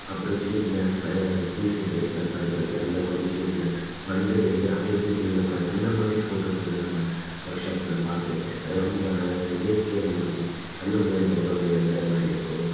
அப்புறம் சின்ன சின்ன ஸ்பை ஸ்பீசீஸ் இருக்குதுல்ல பறக்கறதுக்கு அந்த மாதிரி சின்ன சின்ன வண்டுலேருந்து அது எப்படி புல்லில் உக்கா அந்த மாதிரி ஃபோட்டோஸெல்லாம் நம்ம ஒர்க்ஷாப்பில் பார்த்துருக்கேன் அது ரொம்ப அழகா இயற்கையாக நம்ம அப்படி கண் முன்னாடி கொண்டு வந்து நிறுத்துகிற மாதிரி இருக்கும்